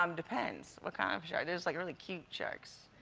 um depends what kind of shark. there like are really cute sharks.